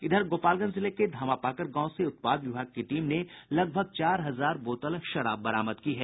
इधर गोपालगंज जिले के धामापाकड़ गांव से उत्पाद विभाग की टीम ने लगभग चार हजार बोतल शराब बरामद की है